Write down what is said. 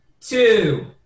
two